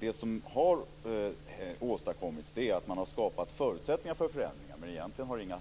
Det som har åstadkommits är att man har skapat förutsättningar för förändringar, men egentligen har inga